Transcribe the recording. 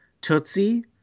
Tootsie